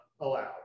allowed